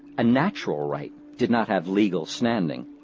a natural right did not have legal standing.